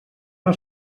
una